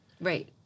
Right